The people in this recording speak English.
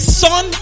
son